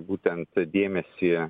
būtent dėmesį